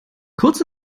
kurz